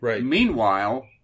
meanwhile